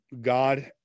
God